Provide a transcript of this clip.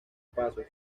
pasos